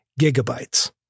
gigabytes